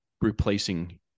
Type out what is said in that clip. replacing